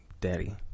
daddy